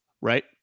right